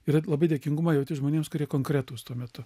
yra labai dėkingumą jauti žmonėms kurie konkretūs tuo metu